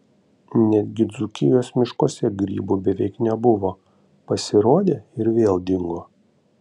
netgi dzūkijos miškuose grybų beveik nebuvo pasirodė ir vėl dingo